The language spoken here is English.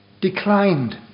declined